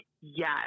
yes